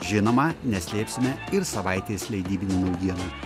žinoma neslėpsime ir savaitės leidybinių naujienų